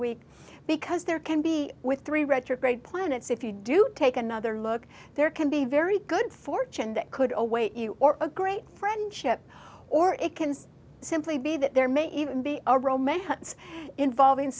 week because there can be with three retrograde planets if you do take another look there can be very good fortune that could await you or a great friendship or it can simply be that there may even be a romance involving